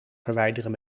verwijderen